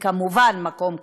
וכמובן מקום קדוש.